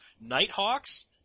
Nighthawks